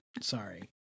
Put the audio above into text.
Sorry